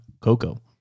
Coco